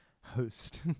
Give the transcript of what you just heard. host